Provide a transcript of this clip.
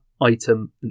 item